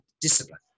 discipline